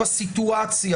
הפלילי.